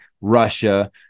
Russia